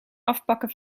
afpakken